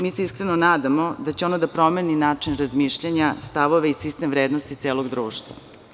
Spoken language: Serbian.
Mi se iskreno nadamo da će ona da promeni način razmišljanja, stavove i sistem vrednosti celog društva.